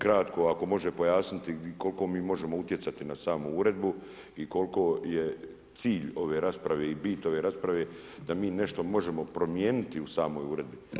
Kratko, ako može pojasniti koliko mi možemo utjecati na samu Uredbu i koliko je cilj ove rasprave i bit ove rasprave da mi nešto možemo promijeniti u samoj Uredbi.